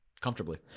Comfortably